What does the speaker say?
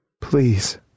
Please